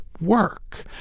work